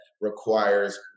requires